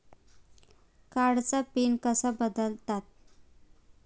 कार्डचा पिन कसा बदलतात?